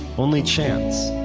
only chance,